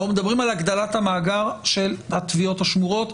אנחנו מדברים על הגדלת המאגר של הטביעות השמורות.